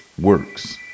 works